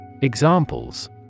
Examples